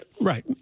right